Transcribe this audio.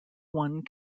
one